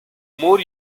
more